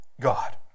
God